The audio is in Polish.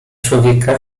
człowieka